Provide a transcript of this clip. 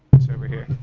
it's over here.